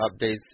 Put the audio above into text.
updates